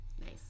Nice